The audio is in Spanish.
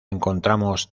encontramos